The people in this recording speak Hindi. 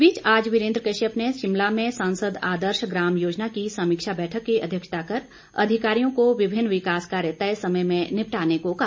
इस बीच आज वीरेंद्र कश्यप ने शिमला में सांसद आदर्श ग्राम योजना की समीक्षा बैठक की अध्यक्षता कर अधिकारियों को विभिन्न विकास कार्य तय समय में निपटाने को कहा